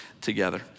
together